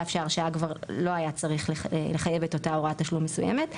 על אף שההרשאה כבר לא היה צריך לחייב את אותה הוראת תשלום מסוימת,